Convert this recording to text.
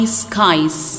skies